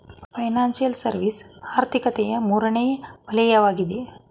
financial service ಆರ್ಥಿಕತೆಯ ಮೂರನೇ ವಲಯವಗಿದೆ